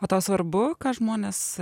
o tau svarbu ką žmonės